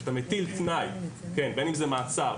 כאשר אתה מטיל תנאי בין אם זה מעצר,